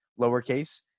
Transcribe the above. lowercase